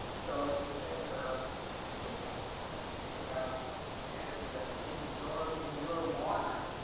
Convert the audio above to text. so, if you think about the human, and think about the energy that's being absorbed in your water,